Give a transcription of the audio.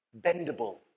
bendable